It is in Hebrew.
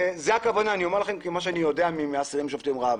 אני אומר לכם שזאת הכוונה כמו שאני יודע עליה מסירים שובתי רעב.